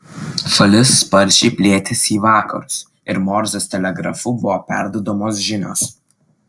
šalis sparčiai plėtėsi į vakarus ir morzės telegrafu buvo perduodamos žinios